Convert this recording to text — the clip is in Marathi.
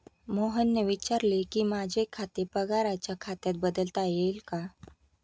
मोहनने विचारले की, माझे खाते पगाराच्या खात्यात बदलता येईल का